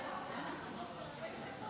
שלוש דקות.